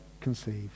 conceived